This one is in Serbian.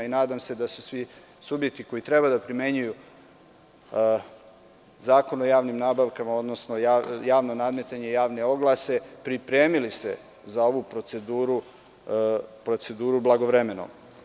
Nadam se da su se svi subjekti koji treba da primenjuju Zakon o javnim nabavkama, odnosno javno nadmetanje i javne oglase pripremili za ovu proceduru blagovremeno.